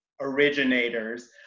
originators